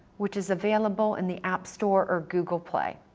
which is available in the app store or google play.